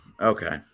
Okay